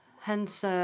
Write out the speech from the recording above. Hence